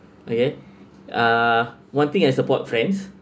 okay uh one thing I support friends